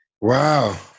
Wow